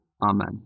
Amen